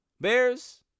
Bears